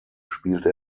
spielte